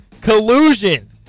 Collusion